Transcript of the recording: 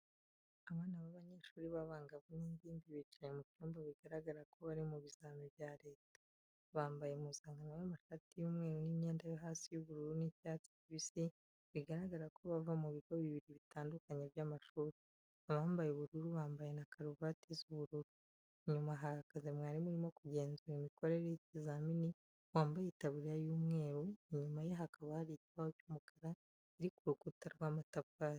Abana b'abanyeshuri b'abangavu n'ingimbi bicaye mu cyumba bigaragara ko bari mu bizamini bya leta. Bambaye impuzankano y'amashati y'umweru n'imyenda yo hasi y'ubururu n'icyatsi kibisi bigaragara ko bava mu bigo bibiri bitandukanye by'amashuri. Abambaye ubururu bambaye na karuvati z'ubururu. Inyuma hahagaze mwarimu urimo kugenzura imikorere y'ikizamini wambaye itaburiya y'umweru, inyuma ye hakaba hari ikibaho cy'umukara kiri ku rukuta rw'amatafari.